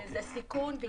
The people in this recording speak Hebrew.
זה סיכון.